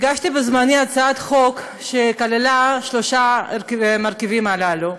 הגשתי בזמני הצעת חוק שכללה את שלושת המרכיבים האלה,